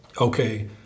okay